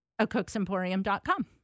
acooksemporium.com